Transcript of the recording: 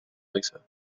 lisa